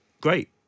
great